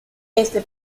este